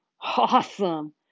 Awesome